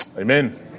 Amen